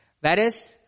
whereas